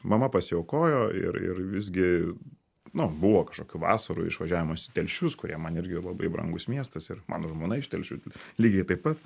mama pasiaukojo ir ir visgi nu buvo kažkokių vasarų išvažiavimas į telšius kurie man irgi labai brangus miestas ir mano žmona iš telšių lygiai taip pat